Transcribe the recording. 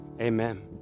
Amen